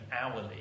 hourly